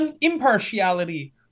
impartiality